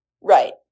Right